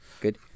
Good